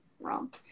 wrong